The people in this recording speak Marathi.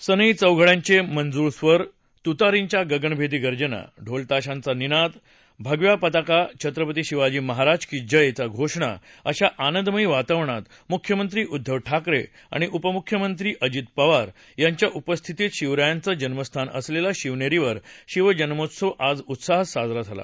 सनई चौघड्यांचे मंजूळ स्वर तूतारींच्या गगनभेदी गर्जना ढोल ताशांचा निनाद भगव्या पताका छत्रपती शिवाजी महाराज की जयचा जयघोष अशा आनंदमयी वातावरणात मुख्यमंत्री उद्वव ठाकरे आणि उप मुख्यमंत्री अजित पवार यांच्या उपस्थितीत शिवरायांचं जन्मस्थान असलेल्या शिवनेरीवर शिवजन्मोत्सव आज उत्साहात साजरा झाला